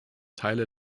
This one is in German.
teile